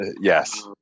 Yes